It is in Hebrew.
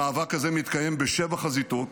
המאבק הזה מתקיים בשבע חזיתות.